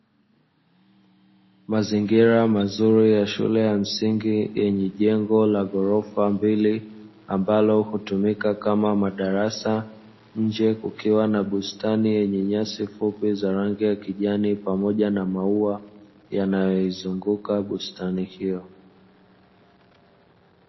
Mazingira mazuri ya shule ya msingi, yenye jengo la ghorofa mbili ambalo hutumika kama madarasa, nje kukiwa na bustani yenye nyasi fupi zenye rangi ya kijani pamoja na maua yanayo izunguka bustani hiyo